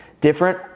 different